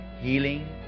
healing